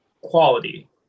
quality